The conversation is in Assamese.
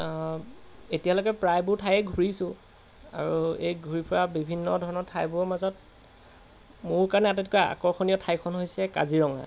এতিয়ালৈকে প্ৰায়বোৰ ঠাইয়ে ঘূৰিছোঁ আৰু এই ঘূৰি ফুৰা বিভিন্ন ধৰণৰ ঠাইবোৰৰ মাজত মোৰ কাৰণে আটাইতকৈ আকৰ্ষণীয় ঠাইখন হৈছে কাজিৰঙা